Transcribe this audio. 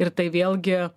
ir tai vėlgi